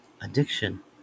addiction